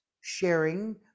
sharing